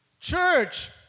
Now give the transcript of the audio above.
Church